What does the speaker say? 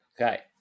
Okay